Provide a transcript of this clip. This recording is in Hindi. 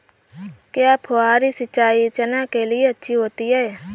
क्या फुहारी सिंचाई चना के लिए अच्छी होती है?